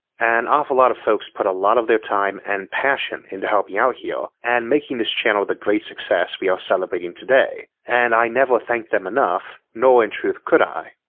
an awful lot of folks put a lot their time and passion into helping out here and making this channel the great success we are celebrating today and i never thank them enough, nor in truth could i.